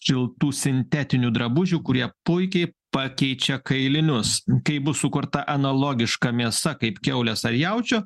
šiltų sintetinių drabužių kurie puikiai pakeičia kailinius kai bus sukurta analogiška mėsa kaip kiaulės ar jaučio